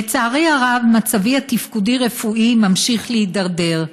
לצערי הרב מצבי התפקודי-רפואי ממשיך להידרדר,